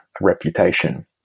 reputation